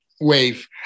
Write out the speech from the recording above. wave